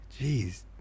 Jeez